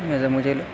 ایسا مجھے